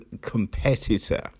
competitor